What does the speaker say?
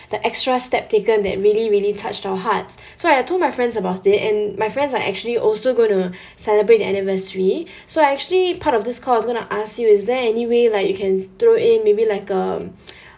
the extra step taken that really really touched our hearts so I told my friends about it and my friends are actually also going to celebrate their anniversary so actually part of this call I was going to ask you is there any way like you can throw in maybe like um